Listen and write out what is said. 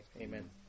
Amen